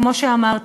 כמו שאמרתי,